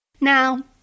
Now